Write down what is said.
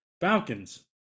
Falcons